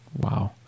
wow